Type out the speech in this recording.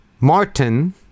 martin